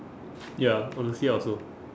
ya honestly I also